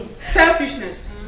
Selfishness